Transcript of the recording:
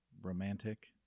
romantic